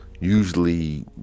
usually